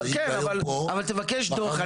כן, אבל תבקש דוח.